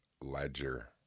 Ledger